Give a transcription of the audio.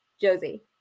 Josie